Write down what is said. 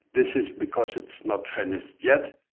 this is because it's not finished yet.